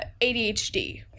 ADHD